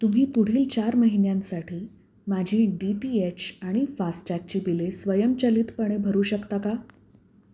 तुम्ही पुढील चार महिन्यांसाठी माझी डी टी एच आणि फास्टॅगची बिले स्वयंचलितपणे भरू शकता का